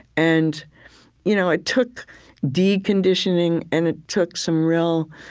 and you know it took deconditioning, and it took some real